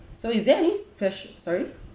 so is there any spe~ sorry